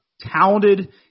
talented